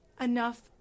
enough